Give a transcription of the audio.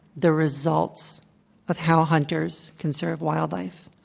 the results of how hunters conserve wildlife.